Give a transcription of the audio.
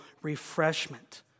refreshment